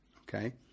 okay